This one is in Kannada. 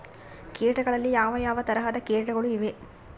ಕೇಟಗಳಲ್ಲಿ ಯಾವ ಯಾವ ತರಹದ ಕೇಟಗಳು ಇವೆ?